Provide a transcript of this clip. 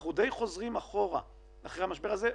אנחנו די חוזרים אחורה אחרי המשבר הזה.